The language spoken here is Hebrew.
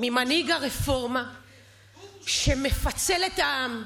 ממנהיג הרפורמה שמפצל את העם.